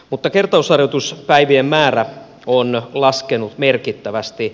mutta kertausharjoituspäivien määrä on laskenut merkittävästi